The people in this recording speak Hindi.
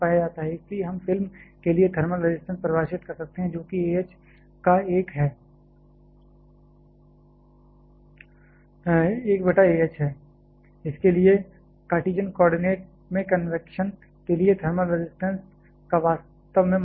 इसलिए हम फिल्म के लिए थर्मल रजिस्टेंस परिभाषित कर सकते हैं जोकि A h का 1 है जिसके लिए कार्टेशियन कोऑर्डिनेट में कन्वैक्शन के लिए थर्मल रजिस्टेंस का वास्तव में मानक रूप है